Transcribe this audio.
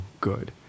good